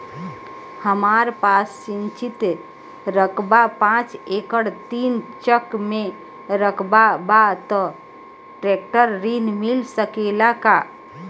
हमरा पास सिंचित रकबा पांच एकड़ तीन चक में रकबा बा त ट्रेक्टर ऋण मिल सकेला का?